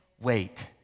Wait